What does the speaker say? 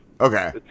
Okay